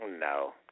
No